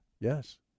Yes